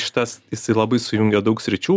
šitas jisai labai sujungia daug sričių